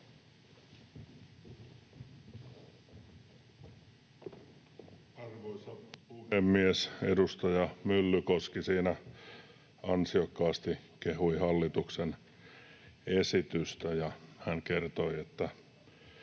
Arvoisa puhemies! Edustaja Myllykoski siinä ansiokkaasti kehui hallituksen esitystä, ja hän kertoi, että